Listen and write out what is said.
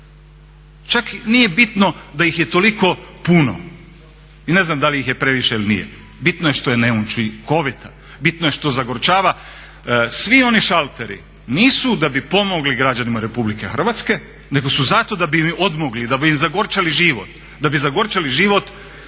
Čak nije bitno da ih je toliko puno i ne znam da li ih je previše ili nije, bitno je što je neučinkovita, bitno je što zagorčava, svi oni šalteri nisu da bi pomogli građanima Republike Hrvatske nego su zato da bi im odmogli, da bi im zagorčali život, da bi zagorčali život svima